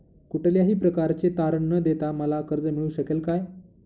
कुठल्याही प्रकारचे तारण न देता मला कर्ज मिळू शकेल काय?